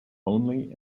only